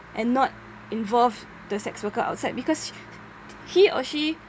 and not involve the sex worker outside because he or she